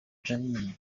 争议